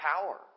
power